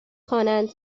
خوانند